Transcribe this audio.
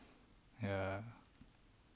ya